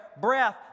breath